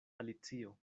alicio